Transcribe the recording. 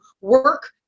work